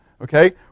okay